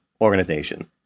organization